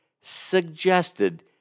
suggested